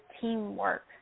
teamwork